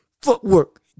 Footwork